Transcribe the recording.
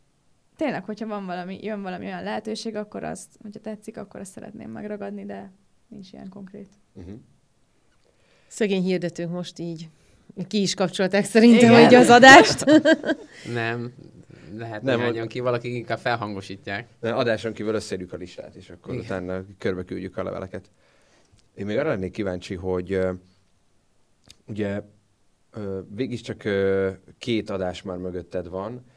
Tényleg, hogyha van valami- jön valami olyan lehetőség, akkor azt- hogyha tetszik, akkor azt szeretném megragadni, de nincs ilyen konkrét. Mhm. Szegény hirdetők most így- ki is kapcsolták szerintem, Igen. hogy az adást. Nem, lehet, Nem, néhányan ott- ki- valakik inkább felhangosítják. Nem, adáson kívül összeírjuk a listát, és akkor Igen. utána körbeküldjük a leveleket. Én még arra lennék kíváncsi, hogy, ö, ugye, ö, végig is csak, ö, két adás már mögötted van.